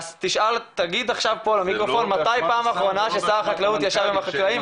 תגיד עכשיו פה למיקרופון מתי פעם אחרונה ששר החקלאות ישב עם החקלאים,